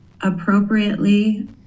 appropriately